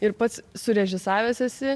ir pats surežisavęs esi